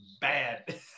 bad